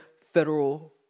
federal